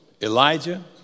Elijah